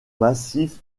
massif